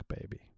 baby